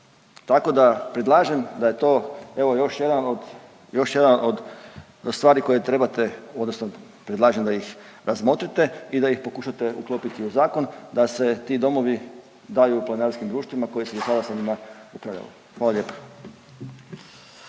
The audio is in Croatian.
Tako da predlažem da je to evo još jedan od, još jedan od stvari koje trebate odnosno predlažem da ih razmotrite i da ih pokušate uklopiti u zakon da se ti domovi daju planinarskim društvima koji su dosada sa njima upravljali. Hvala lijepa.